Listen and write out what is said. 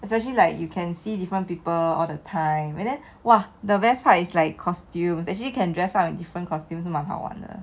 especially like you can see different people all the time and then !wah! the best part is like costumes actually can dress up in different costumes 蛮好玩的